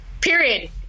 period